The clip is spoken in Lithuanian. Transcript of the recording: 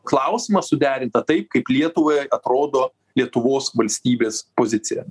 klausimą suderinta taip kaip lietuvai atrodo lietuvos valstybės pozicija